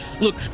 Look